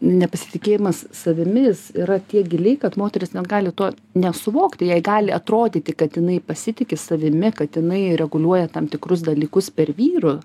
nepasitikėjimas savimi jis yra tiek giliai kad moteris net gali to nesuvokti jai gali atrodyti kad jinai pasitiki savimi kad jinai reguliuoja tam tikrus dalykus per vyrų